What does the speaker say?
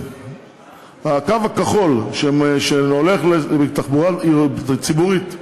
הקו הכחול לתחבורה ציבורית,